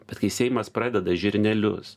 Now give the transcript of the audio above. bet kai seimas pradeda žirnelius